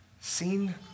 seen